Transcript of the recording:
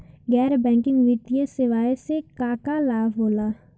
गैर बैंकिंग वित्तीय सेवाएं से का का लाभ होला?